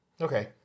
Okay